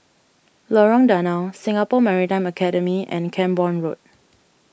Lorong Danau Singapore Maritime Academy and Camborne Road